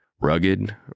Rugged